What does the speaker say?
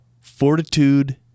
fortitude